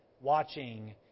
watching